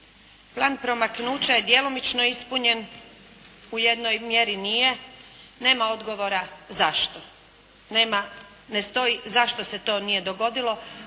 Plan promaknuća je djelomično ispunjen, u jednoj mjeri nije, nema odgovora zašto. Nema, ne stoji zašto se to nije dogodilo,